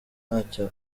ntacyo